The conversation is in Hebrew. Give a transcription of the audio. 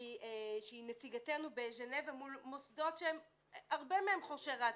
שהיא נציגתנו בז'נבה מול מוסדות שהרבה מהם חורשי רעתנו,